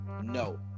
No